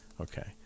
Okay